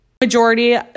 majority